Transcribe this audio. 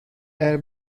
air